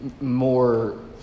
more